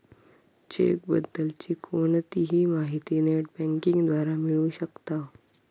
check बद्दल ची कोणतीही माहिती नेट बँकिंग द्वारा मिळू शकताव